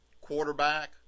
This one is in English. quarterback